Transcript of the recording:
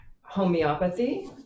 homeopathy